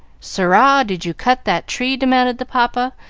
sirrah, did you cut that tree? demanded the papa,